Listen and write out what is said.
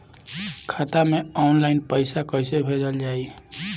खाता से ऑनलाइन पैसा कईसे भेजल जाई?